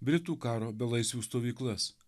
britų karo belaisvių stovyklas